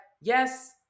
yes